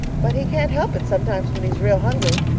but he can't help it sometimes when he is real hungry.